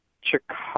Chicago